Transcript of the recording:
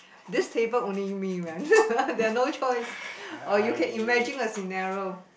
this table only me right there're no choice or you can imagine a scenario